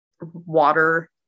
water